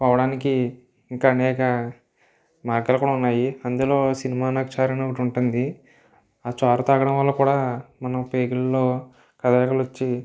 పోవడానికి ఇంకా అనేక మార్గాలు కూడా ఉన్నాయి అందులో సినిమానాక్షరణ ఒకటి ఉంటుంది ఆ చారు తాగడం వల్ల కూడా మనం పేగులలో కదలికలు వచ్చి